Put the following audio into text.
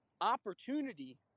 opportunity